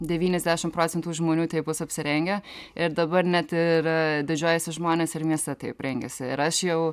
devyniasdešim procentų žmonių taip bus apsirengę ir dabar net ir didžiuojasi žmonės ir mieste taip rengiasi ir aš jau